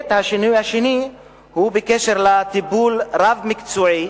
השינוי השני הוא בקשר לטיפול רב-מקצועי